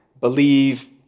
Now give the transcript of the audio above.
believe